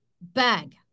bag